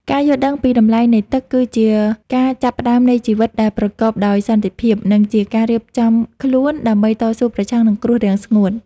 ការយល់ដឹងពីតម្លៃនៃទឹកគឺជាការចាប់ផ្តើមនៃជីវិតដែលប្រកបដោយសន្តិភាព និងជាការរៀបចំខ្លួនដើម្បីតស៊ូប្រឆាំងនឹងគ្រោះរាំងស្ងួត។